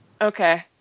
Okay